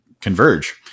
converge